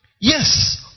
yes